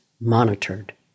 monitored